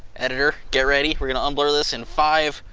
editor get ready, we're gonna unblur this in five,